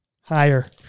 Higher